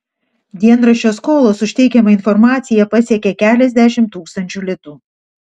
dienraščio skolos už teikiamą informaciją pasiekė keliasdešimt tūkstančių litų